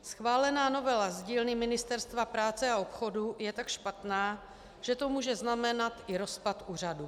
Schválená novela z dílny Ministerstva průmyslu a obchodu je tak špatná, že to může znamenat i rozpad úřadu.